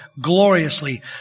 gloriously